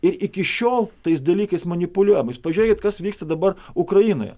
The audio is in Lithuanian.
ir iki šiol tais dalykais manipuliuojamais jūs pažiūrėkit kas vyksta dabar ukrainoje